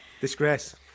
Disgrace